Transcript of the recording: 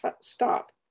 stop